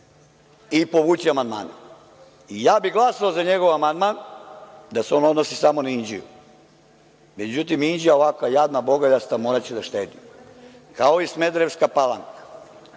i povući amandmane. Ja bih glasao za njegov amandman da se on odnosi samo na Inđiju. Međutim, Inđija ovako jadna, bogoljasta, moraće da štedi. Kao i Smederevska Palanka.